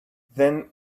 then